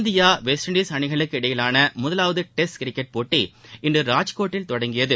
India West Indies அணிகளுக்கு இடையேயான முதலாவது டெஸ்ட் கிரிக்கெட் போட்டி இன்று ராஜ்கோட்டில் தொடங்கியது